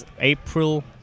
April